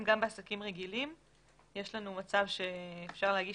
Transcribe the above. בעצם גם בעסקים רגילים יש לנו מצב שאפשר להגיש